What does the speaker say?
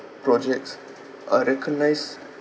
projects are recognised